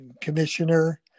commissioner